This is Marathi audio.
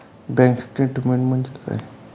बँक स्टेटमेन्ट म्हणजे काय?